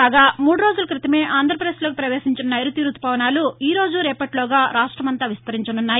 కాగా మూడు రోజుల క్రితమే ఆంధ్రపదేశ్లోకి పవేశించిన నైరుతి రుతుపవనాలు ఈరోజు రేపటిలోగా రాష్టమంతా విస్తరించనున్నాయి